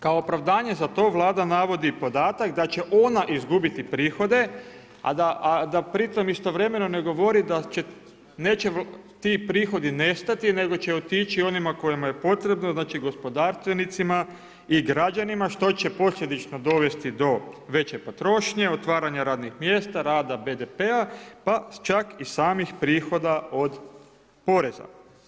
Kao opravdanje Vlada za to navodi podatak da će ona izgubiti prihode, a da pri tome istovremeno ne govori da neće ti prihodi nestati nego će otići onima kojima je potrebno, znači gospodarstvenicima i građanima što će posljedično dovesti do veće potrošnje, otvaranja radnih mjesta, rasta BDP-a pa čak i samih prihoda od poreza.